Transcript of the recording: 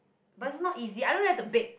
but is not easy I don't have to bake